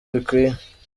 bikwiye